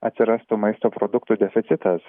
atsirastų maisto produktų deficitas